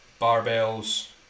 barbells